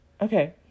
Okay